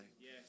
Yes